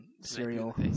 cereal